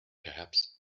perhaps